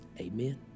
Amen